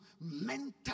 mental